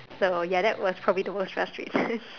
so ya that was probably the worst frustration